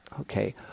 Okay